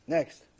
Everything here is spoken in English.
Next